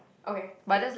okay cool